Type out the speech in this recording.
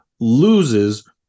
loses